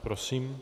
Prosím.